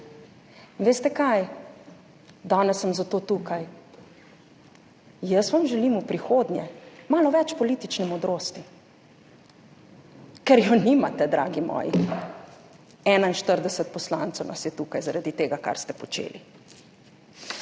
Veste, kaj? Danes sem zato tukaj. Jaz vam želim v prihodnje malo več politične modrosti. Ker je nimate, dragi moji. 41 poslancev nas je tukaj zaradi tega, kar ste počeli.